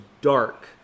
dark